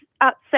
upset